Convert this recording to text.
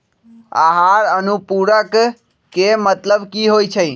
आहार अनुपूरक के मतलब की होइ छई?